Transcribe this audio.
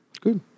Good